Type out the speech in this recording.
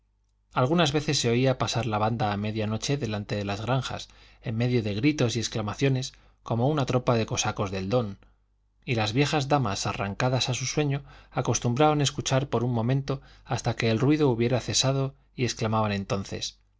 algunas veces se oía pasar la banda a media noche delante de las granjas en medio de gritos y exclamaciones como una tropa de cosacos del don y las viejas damas arrancadas a su sueño acostumbraban escuchar por un momento hasta que el ruido hubiera cesado y exclamaban entonces